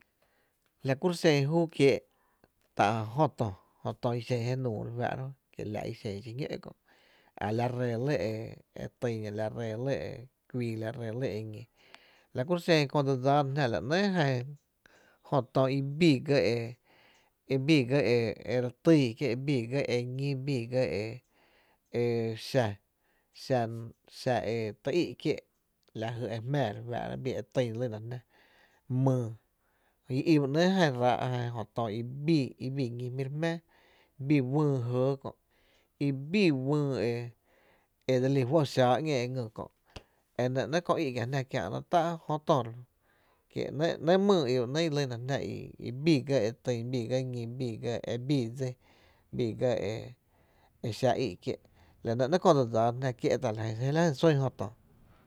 La kuro’ xen júú kiee’ tá’ jö tö i xen je nuu re fáá’ra jö i kie la’ i xen xiñó’ kö’ a la ree e tyn i a al ree lɇ e kuii, a la ree lɇ e ñi, la kuro’ xen köö e dse dsáá ná jná, La nɇɇ’ jan jö tö i bii ga e i bii ga e re tyy kie’ e biiga e ñi´, e bii ga e xa í’ kié’ lajy e jmⱥⱥ re fáá’ra kie’ e ty lyna jn+a, myy i i ba ‘néé’ jan ráá’ jan jö tö i bii ñí jmí’ re jmⱥⱥ bii wÿÿ jɇɇ kö’ i bii wÿÿ e dse lí juó’ xáá ‘ñee e ngý kö’ e nɇ ‘néé’ kö í’ kiáá jná kiää’ ná tá’ jö tö, kie’ ‘néé’ myy i ba ‘néé’ i lyna jn+á i bii ga e tyn e biiga ñí, e biiga e bii dsí e biiga e xa í’ kié’ e nɇ náá’ köö e dse dsáa na jná kié’ je la jyn sún jö Tö.